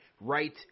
right